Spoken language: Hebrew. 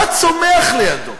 מה צומח לידו?